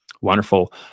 wonderful